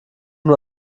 nur